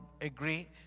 agree